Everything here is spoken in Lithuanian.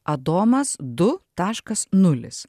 adomas du taškas nulis